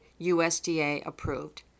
USDA-approved